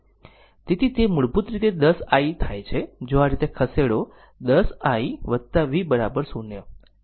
તેથી તે મૂળભૂત રીતે 10 i થાય છે જો આ રીતે ખસેડો 10 i v 0